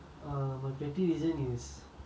I guess if like